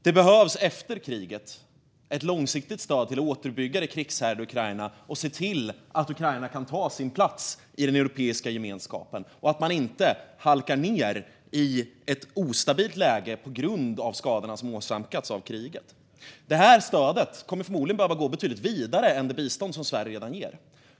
Det behövs efter kriget ett långsiktigt stöd till att återuppbygga det krigshärjade Ukraina och se till att Ukraina kan ta sin plats i den europeiska gemenskapen och inte halkar ned i ett ostabilt läge på grund av skadorna som orsakats av kriget. Det här stödet kommer förmodligen att behöva gå betydligt vidare än det bistånd som Sverige redan ger.